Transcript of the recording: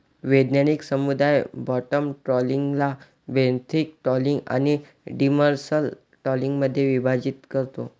वैज्ञानिक समुदाय बॉटम ट्रॉलिंगला बेंथिक ट्रॉलिंग आणि डिमर्सल ट्रॉलिंगमध्ये विभाजित करतो